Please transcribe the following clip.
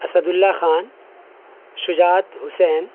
Asad Ullah Khan Shujaat Hussain